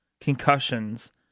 concussions